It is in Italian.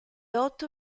otto